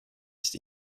ist